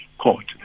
court